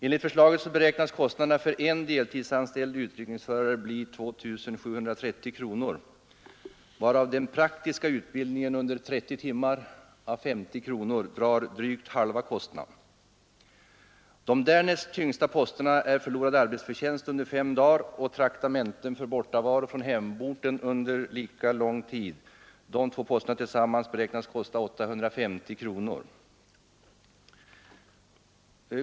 Enligt förslaget beräknas kostnaderna för en deltidsanställd utryckningsförare bli 2 730 kronor, varav den praktiska utbildningen under 30 timmar å 50 kronor drar drygt halva kostnaden. De därnäst tyngsta posterna är förlorad arbetsförtjänst under 5 dagar och traktamenten för bortovaro från hemorten under lika lång tid, som tillsammans beräknas kosta 850 kronor.